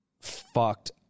Fucked